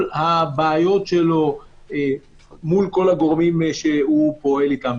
הבעיות שלו מול כל הגורמים שהוא פועל איתם,